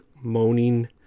moaning